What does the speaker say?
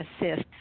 assist